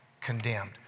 condemned